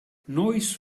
noiz